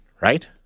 right